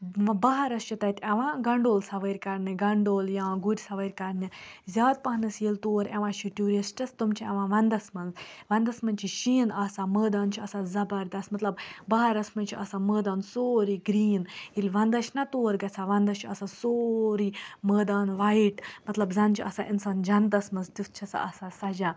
بَہارَس چھِ تَتہِ یِوان گَنٛڈولہٕ سَوٲرۍ کَرنہِ گَنٛڈولہٕ یا گُرۍ سَوٲرۍ کَرنہِ زیادٕ پَہنَس ییٚلہِ تور یِوان چھِ ٹیٛوٗرِسٹٕس تِم چھِ یِوان وَنٛدس مَنٛز وَنٛدس مَنٛز چھُ شیٖن آسان مٲدان چھُ آسان زَبَردَست مَطلب بَہارَس مَنٛز چھُ آسان مٲدان سورُے گرٛیٖن ییٚلہِ وَنٛدس چھِ نا تور گَژھان وَنٛدس چھُ آسان سورُے مٲدان وایِٹ مطلب زَن چھُ آسان اِنسان جَنتَس مَنٛز تیٛتھ چھُ سُہ آسان سَجان